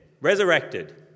resurrected